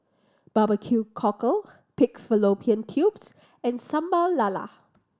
barbecue cockle pig fallopian tubes and Sambal Lala